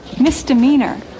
Misdemeanor